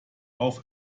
auf